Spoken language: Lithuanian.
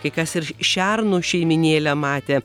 kai kas ir šernų šeimynėlę matė